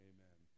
Amen